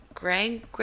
Greg